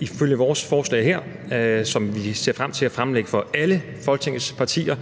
ifølge vores forslag her, som vi ser frem til at fremsætte for alle Folketingets partier,